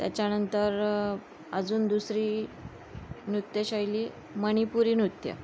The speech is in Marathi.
त्याच्यानंतर अजून दुसरी नृत्यशैली मणिपुरी नृत्य